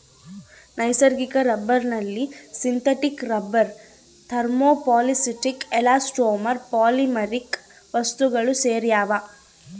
ನೈಸರ್ಗಿಕ ರಬ್ಬರ್ನಲ್ಲಿ synthetic rubber thermoplastic elastomer polymeric ವಸ್ತುಸೇರ್ಯಾವ